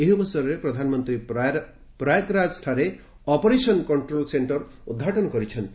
ଏହି ଅବସରରେ ପ୍ରଧାନମନ୍ତ୍ରୀ ପ୍ରୟାଗରାଜଠାରେ ଅପରେସନ କଣ୍ଟ୍ରୋଲ ସେଣ୍ଟର ଉଦ୍ଘାଟନ କରିଛନ୍ତି